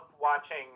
watching